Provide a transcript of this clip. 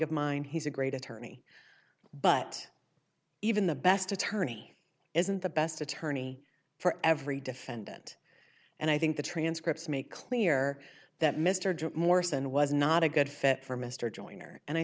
of mine he's a great attorney but even the best attorney isn't the best attorney for every defendant and i think the transcripts make clear that mr jim morrison was not a good fit for mr joyner and i